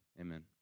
Amen